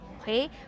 Okay